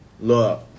look